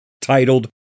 titled